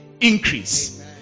increase